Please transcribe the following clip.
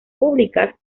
públicas